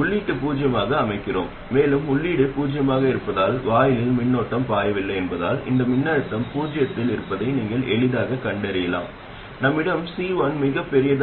உள்ளீட்டு மின்னழுத்தத்திற்கான வெளியீட்டு மின்னோட்டத்தின் விகிதம் MOS g m ஆல் வரையறுக்கப்படுகிறது அதேசமயம் இங்கே நீங்கள் gmR1 1 என்பதைத் தேர்வுசெய்தால் வெளியீட்டு மின்னோட்டத்தின் விகிதம் உள்ளீட்டு மின்னழுத்தத்திற்கு இந்த மின்தடை R1 மூலம் வரையறுக்கப்படுகிறது